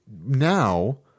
now